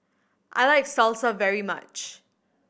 I like Salsa very much